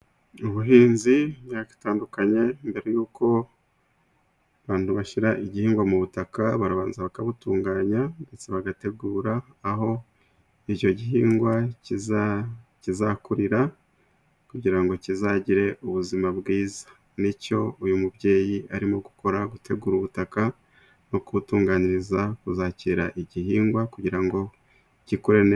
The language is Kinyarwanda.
Ubuhinzi bw'imyaka itandukanye , mbere y'uko abantu bashyira igihingwa mu butaka barabanza bakabutunganya ndetse bagategura aho icyo gihingwa kizakurira kugira ngo kizagire ubuzima bwiza. N'icyo uyu mubyeyi arimo gukora gutegura ubutaka no kuwutunganiriza kuzakira igihingwa kugira ngo gikure neza.